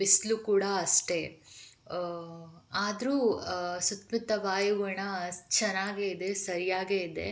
ಬಿಸಿಲೂ ಕೂಡ ಅಷ್ಟೇ ಆದರೂ ಸುತ್ತಮುತ್ತ ವಾಯುಗುಣ ಚೆನ್ನಾಗೇ ಇದೆ ಸರಿಯಾಗೇ ಇದೆ